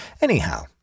Anyhow